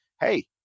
Hey